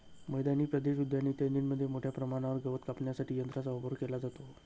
मैदानी प्रदेश, उद्याने इत्यादींमध्ये मोठ्या प्रमाणावर गवत कापण्यासाठी यंत्रांचा वापर केला जातो